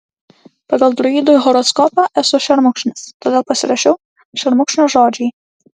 pagal druidų horoskopą esu šermukšnis todėl pasirašiau šermukšnio žodžiai